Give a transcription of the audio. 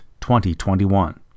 2021